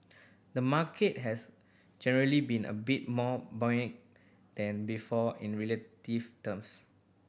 the market has generally been a bit more buoyant than before in relative terms